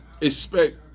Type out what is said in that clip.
expect